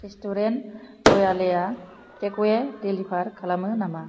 restaurant रयालेआ takeaway delivery खालामो नामा